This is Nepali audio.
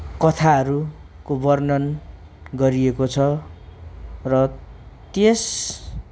कथाहरूको वर्णन गरिएको छ र त्यस